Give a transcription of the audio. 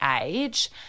age